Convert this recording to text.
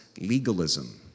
legalism